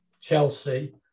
Chelsea